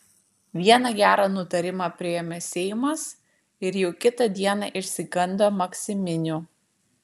vieną gerą nutarimą priėmė seimas ir jau kitą dieną išsigando maksiminių